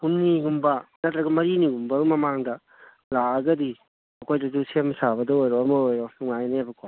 ꯍꯨꯝꯅꯤꯒꯨꯝꯕ ꯅꯠꯇ꯭ꯔꯒ ꯃꯔꯤꯅꯤꯒꯨꯝꯕꯒꯤ ꯃꯃꯥꯡꯗ ꯂꯥꯛꯑꯒꯗꯤ ꯑꯩꯈꯣꯏꯗꯁꯨ ꯁꯦꯝ ꯁꯥꯕꯗ ꯑꯣꯏꯔꯣ ꯑꯃ ꯑꯣꯏꯔꯣ ꯅꯨꯡꯉꯥꯏꯅꯦꯕꯀꯣ